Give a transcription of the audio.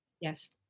Yes